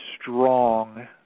strong